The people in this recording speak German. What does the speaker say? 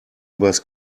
übers